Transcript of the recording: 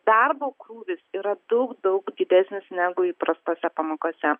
darbo krūvis yra daug daug didesnis negu įprastose pamokose